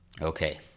Okay